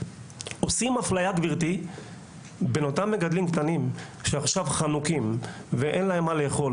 עושים אפליה בין אותם מגדלים קטנים וחנוקים שאין להם מה לאכול,